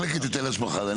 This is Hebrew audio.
מנהל מחלקת היטל השבחה.